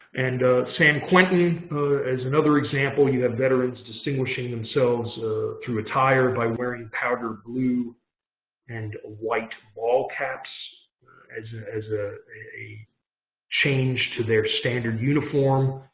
and san quentin is another example. you have veterans distinguishing themselves through attire by wearing powder blue and white ball caps as as ah a change to their standard uniform.